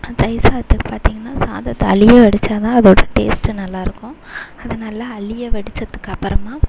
தயிர் சாதத்துக்கு பார்த்தீங்கன்னா சாதத்தை அழிய வடித்தாதான் அதோட டேஸ்ட்டு நல்லாயிருக்கும் அது நல்லா அழிய வடித்ததுக்கப்பறமா